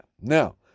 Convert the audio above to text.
Now